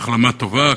החלמה טובה.